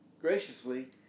graciously